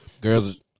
Girls